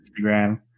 Instagram